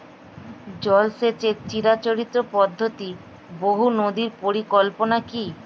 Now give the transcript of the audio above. জল সেচের চিরাচরিত পদ্ধতি বহু নদী পরিকল্পনা কি?